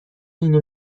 اینو